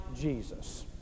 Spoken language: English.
Jesus